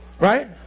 Right